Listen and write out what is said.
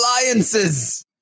alliances